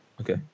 okay